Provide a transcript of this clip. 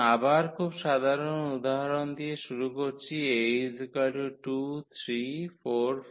সুতরাং আবার খুব সাধারণ উদাহরণ দিয়ে শুরু করছি A